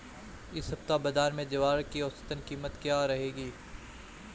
इस सप्ताह बाज़ार में ज्वार की औसतन कीमत क्या रहेगी?